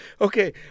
Okay